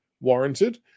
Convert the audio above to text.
warranted